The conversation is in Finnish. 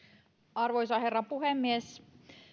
arvoisa herra puhemies